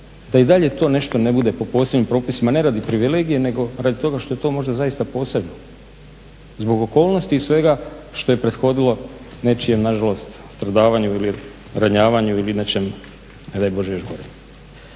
da i dalje to nešto ne bude po posebnim propisima ne radi privilegije nego radi toga što je to možda zaista posebno zbog okolnosti i svega što je prethodilo nečijem nažalost stradavanju ili ranjavanju ili nečem ne daj Bože još gorem.